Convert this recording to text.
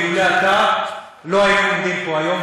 ואילולא אתה לא היינו עומדים פה היום,